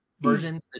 version